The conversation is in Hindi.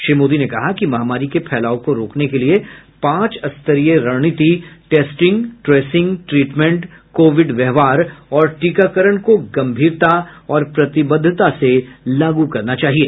श्री मोदी ने कहा कि महामारी के फैलाव को रोकने के लिए पांच स्तरीय रणनीति टेस्टिंग ट्रेसिंग ट्रीटमेंट कोविड व्यवहार और टीकाकरण को गंभीरता और प्रतिबद्धता से लागू करना चाहिए